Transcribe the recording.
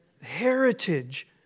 Heritage